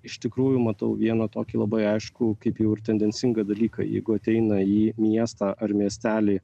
iš tikrųjų matau vieną tokį labai aiškų kaip jau ir tendencingą dalyką jeigu ateina į miestą ar miestelį